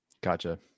Gotcha